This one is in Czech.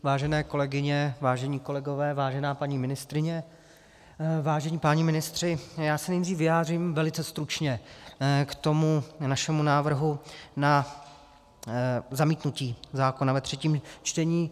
Vážené kolegyně, vážení kolegové, vážená paní ministryně, vážení páni ministři, já se nejdřív vyjádřím velice stručně k tomu našemu návrhu na zamítnutí zákona ve třetím čtení.